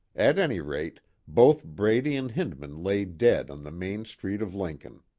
at any rate both brady and hindman lay dead on the main street of lincoln.